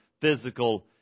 physical